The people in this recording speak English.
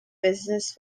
business